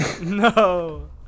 No